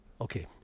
Okay